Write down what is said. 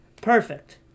Perfect